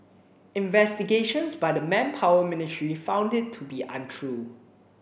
investigations by the Manpower Ministry found it to be untrue